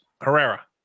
Herrera